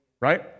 right